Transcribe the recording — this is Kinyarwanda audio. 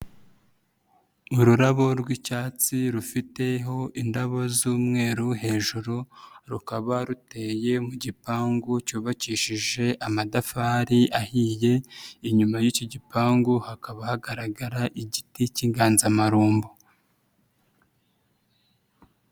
Ururabo rw'icyatsi rufiteho indabo z'umweru hejuru rukaba ruteye mu gipangu cyubakishije amatafari ahiye, inyuma y'icyo gipangu hakaba hagaragara igiti k'inganzamarumbu.